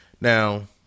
Now